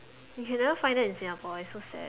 you can never find that in Singapore it's so sad